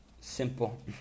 simple